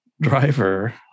driver